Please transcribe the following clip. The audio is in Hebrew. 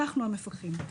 אנחנו המפקחים.